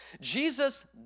jesus